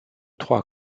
trois